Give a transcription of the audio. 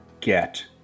get